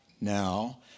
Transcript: now